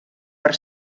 per